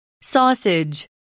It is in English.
Sausage